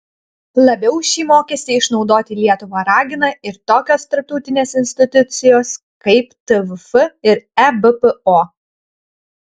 labiau šį mokestį išnaudoti lietuvą ragina ir tokios tarptautinės institucijos kaip tvf ir ebpo